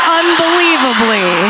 unbelievably